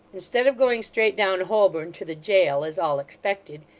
instead of going straight down holborn to the jail, as all expected,